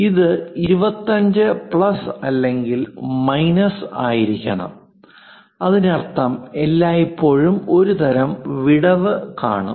ഇത് 25 പ്ലസ് അല്ലെങ്കിൽ മൈനസ് ആയിരിക്കണം അതിനർത്ഥം എല്ലായ്പ്പോഴും ഒരുതരം വിടവ് കാണും